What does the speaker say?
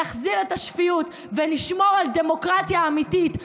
נחזיר את השפיות ונשמור על דמוקרטיה אמיתית,